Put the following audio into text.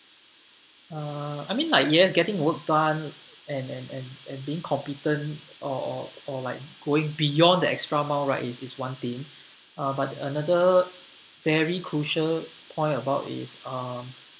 uh I mean like yes getting work done and and and and being competent or or or like going beyond the extra mile right is is one thing uh but another very crucial point about is um